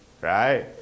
Right